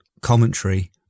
commentary